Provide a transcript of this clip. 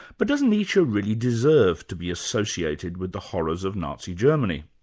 but does nietzsche really deserve to be associated with the horrors of nazi germany?